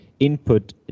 input